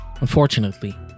Unfortunately